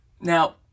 now